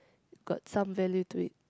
got some value to it